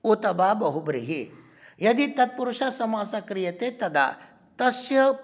उत वा बहुब्रीहिः यदि तत्पुरुषः समासः क्रियते तदा तस्य